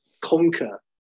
conquer